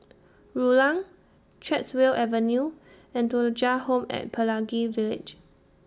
Rulang Chatsworth Avenue and Thuja Home At Pelangi Village